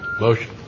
Motion